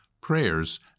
prayers